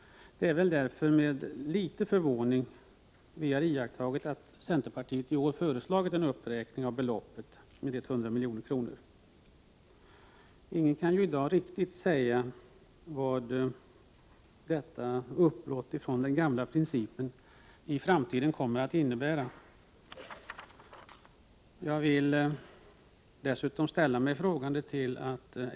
Det är därför med en viss förvåning vi har iakttagit att centerpartiet i år har föreslagit en uppräkning av beloppet med 100 milj.kr. Ingen kan i dag riktigt säga vad detta uppbrott från den gamla principen kommer att innebära i framtiden.